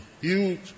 huge